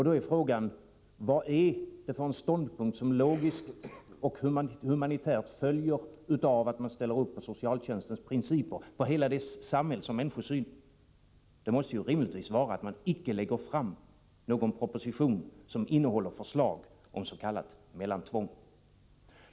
Då är frågan: Vad är det för ståndpunkt som logiskt och humanitärt följer av att man ställer upp för socialtjänstens principer och för hela dess samhällsoch människosyn? Det måste rimligtvis vara att man icke lägger fram någon proposition som innehåller förslag om s.k. mellantvång.